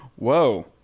Whoa